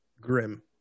Grim